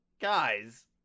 guys